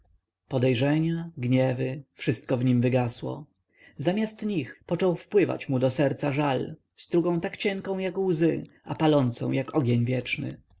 podejrzenia gniewy wszystko w nim wygasło zamiast nich począł wpływać mu do serca żal strugą tak cienką jak łzy a palącą jak ogień wieczny